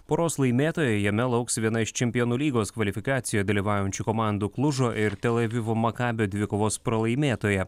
poros laimėtojo jame lauks viena iš čempionų lygos kvalifikacijoje dalyvaujančių komandų klužo ir tel avivo maccabi dvikovos pralaimėtoja